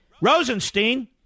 Rosenstein